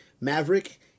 Maverick